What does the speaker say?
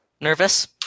Nervous